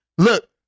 Look